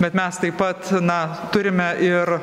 bet mes taip pat na turime ir